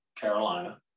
Carolina